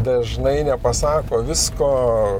dažnai nepasako visko